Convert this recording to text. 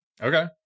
Okay